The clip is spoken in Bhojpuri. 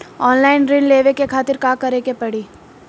ऑनलाइन ऋण लेवे के खातिर का करे के पड़ी?